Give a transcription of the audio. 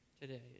today